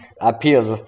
appears